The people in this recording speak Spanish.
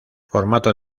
formato